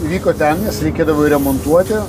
vyko ten nes reikėdavo remontuoti